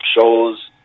shows